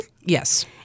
Yes